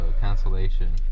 cancellation